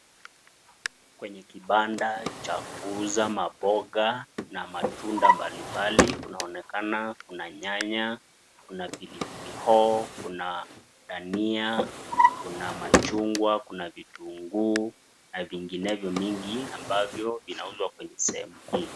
Kwenye kibanda cha kuuza mamboga na matunda mbalimbali kunaonekana kuna nyanya, kuna pilipili hoho, kuna dania, kuna machungwa, kuna vitunguu na vinginevyo mingi ambavyo vinauzwa kwenye sehemu hii.